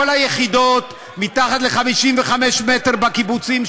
כל היחידות מתחת ל-55 מטר בקיבוצים,